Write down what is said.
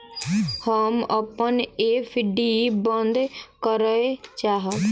हम अपन एफ.डी बंद करय चाहब